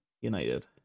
United